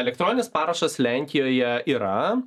elektroninis parašas lenkijoje yra